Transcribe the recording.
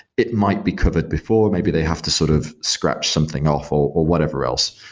it might be covered before. maybe they have to sort of scratch something off or or whatever else,